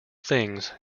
things